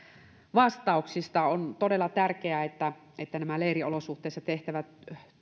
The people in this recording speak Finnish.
vastauksista on todella tärkeää että että nämä leiriolosuhteissa tehtävät